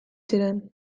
ziren